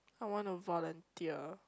I want to volunteer